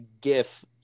gif